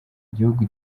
igihugu